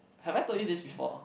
have I told you this before